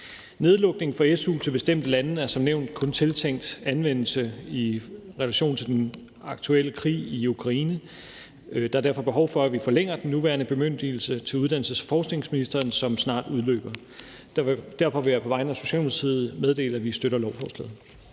Nedlukning for su til bestemte lande er som nævnt kun tiltænkt anvendelse i relation til den aktuelle krig i Ukraine. Der er derfor behov for, at vi forlænger den nuværende bemyndigelse til uddannelses- og forskningsministeren, da den snart udløber. Derfor vil jeg på vegne af Socialdemokratiet meddele, at vi støtter lovforslaget.